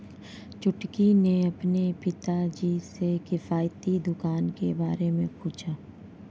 छुटकी ने अपने पिताजी से किफायती दुकान के बारे में पूछा